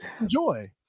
Enjoy